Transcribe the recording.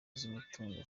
y’umutungo